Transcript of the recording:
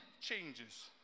changes